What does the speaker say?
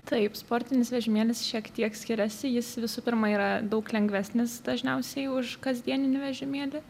taip sportinis vežimėlis šiek tiek skiriasi jis visų pirma yra daug lengvesnis dažniausiai už kasdieninį vežimėlį